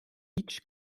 each